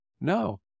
no